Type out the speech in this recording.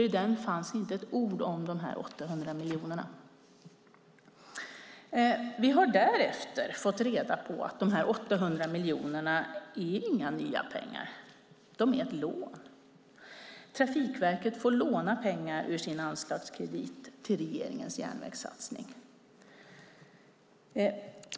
I den fanns nämligen inte ett ord om dessa 800 miljoner. Vi har därefter fått reda på att de 800 miljonerna inte är några nya pengar; de är ett lån. Trafikverket får låna pengar ur sin anslagskredit till regeringens järnvägssatsning.